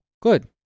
Good